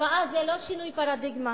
הקפאה זה לא שינוי פרדיגמה,